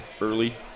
early